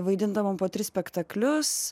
vaidindavom po tris spektaklius